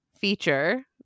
feature